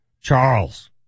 Charles